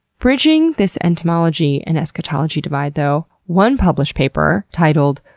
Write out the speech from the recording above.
bridging this entomology and eschatology divide though, one published paper titled,